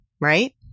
Right